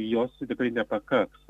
jos tikrai nepakaks